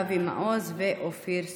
אבי מעוז ואופיר סופר.